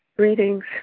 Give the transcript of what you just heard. Greetings